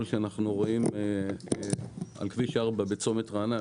שאנחנו רואים על כביש ארבע בצומת רעננה,